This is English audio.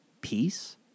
Peace